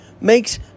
makes